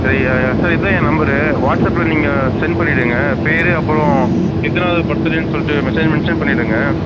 சரி யா சார் இதான் ஏ நம்பரு வாட்ஸ்அப்பில் நீங்கள் சென்ட் பண்ணிவிடுங்க பேர் அப்புறோம் எத்தனாவது பர்த்டே சொல்லிவிட்டு மெசேஜ் மென்சன் பண்ணிவிடுங்க